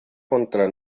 contra